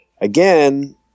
again